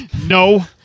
No